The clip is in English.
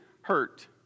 hurt